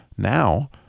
now